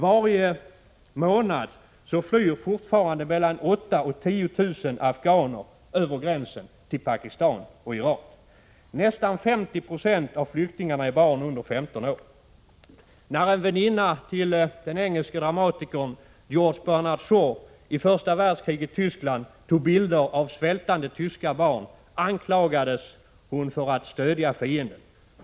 Varje månad flyr fortfarande mellan 8 000 och 10 000 afghaner över gränsen till Pakistan och Iran. Nästan 50 96 av flyktingarna är barn under 15 år. När en väninna till den engelske dramatikern George Bernhard Shaw i första världskrigets Tyskland tog bilder av svältande tyska barn, anklagades hon för att stödja fienden.